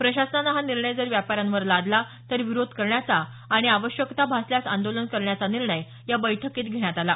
प्रशासनानं हा निर्णय जर व्यापाऱ्यांवर लादला तर विरोध करण्याचा आणि आवश्यकता भासल्यास आंदोलन करण्याचा निर्णय या बैठकीत घेण्यात आला